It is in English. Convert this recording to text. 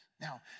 Now